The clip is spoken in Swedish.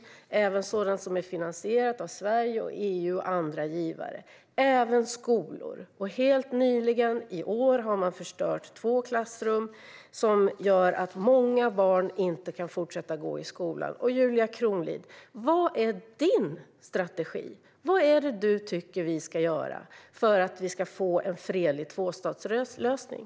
Det gäller även sådant som är finansierat av Sverige, EU och andra givare, och även skolor. I år har man helt nyligen förstört två klassrum, vilket gör att många barn inte kan fortsätta gå i skolan. Julia Kronlid, vad är din strategi? Vad är det du tycker att vi ska göra för att få en fredlig tvåstatslösning?